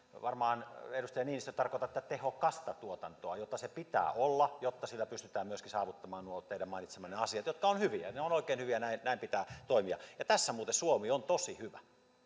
varmaan edustaja niinistö tarkoitatte tehokasta tuotantoa jota pitää olla jotta pystytään myöskin saavuttamaan nuo teidän mainitsemanne asiat jotka ovat hyviä ne ovat oikein hyviä ja näin pitää toimia ja tässä muuten suomi on tosi hyvä